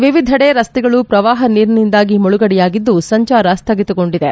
ವಿವಿಧೆಡೆ ರಸ್ತೆಗಳು ಪ್ರವಾಹ ನೀರಿನಿಂದಾಗಿ ಮುಳುಗಡೆಯಾಗಿದ್ದು ಸಂಚಾರ ಸ್ವಗಿತಗೊಂಡಿದೆ